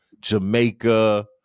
Jamaica